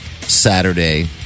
Saturday